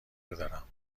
دارم